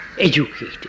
educated